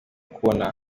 kubona